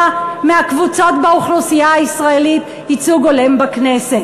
מהקבוצות באוכלוסייה הישראלית ייצוג הולם בכנסת.